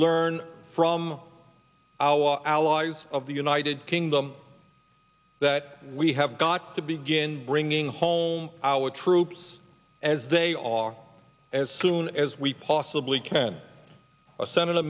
learn from our allies of the united kingdom that we have got to begin bringing home our troops as they are as soon as we possibly can senator